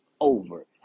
over